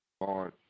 Lord